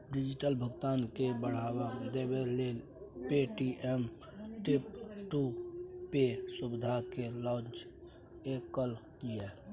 digital भुगतान केँ बढ़ावा देबै लेल पे.टी.एम टैप टू पे सुविधा केँ लॉन्च केलक ये